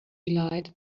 delight